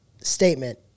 statement